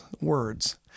words